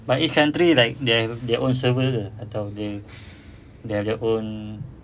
but each country like they have their own server ke atau they have their own